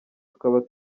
tukaba